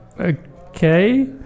Okay